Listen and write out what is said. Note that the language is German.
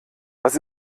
was